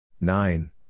Nine